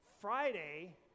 Friday